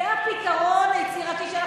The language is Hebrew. אדוני היושב-ראש, אני